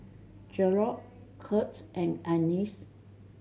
Jarrod Curts and Anice